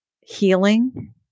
healing